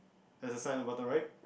there's a sign on bottom right